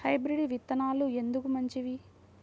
Hybrid విత్తనాలు ఎందుకు మంచివి?